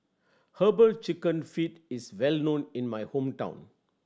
Herbal Chicken Feet is well known in my hometown